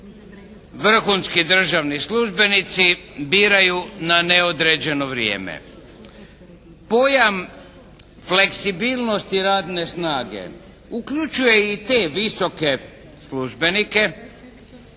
vrhunski državni službenici biraju na neodređeno vrijeme. Pojam fleksibilnosti radne snage uključuje i te visoke službenike